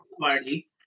Party